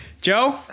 Joe